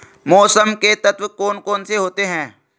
मौसम के तत्व कौन कौन से होते हैं?